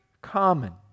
common